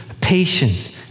patience